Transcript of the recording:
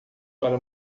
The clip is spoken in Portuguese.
para